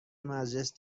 مجلس